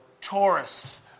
Taurus